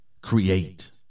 create